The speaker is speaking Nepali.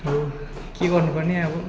अब के गर्नुपर्ने अब